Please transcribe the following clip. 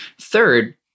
Third